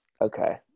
Okay